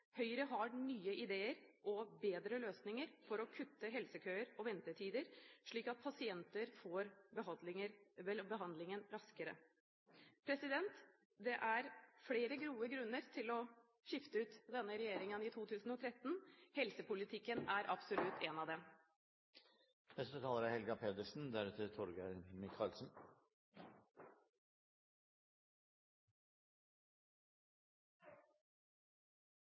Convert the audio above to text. Høyre har nye idéer og bedre løsninger for å kutte helsekøer og ventetider, slik at pasienter får behandling raskere. Det er flere gode grunner til å skifte ut denne regjeringen i 2013 – helsepolitikken er absolutt én av dem.